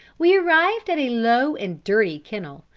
we arrived at a low and dirty kennel,